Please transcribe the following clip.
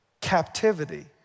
captivity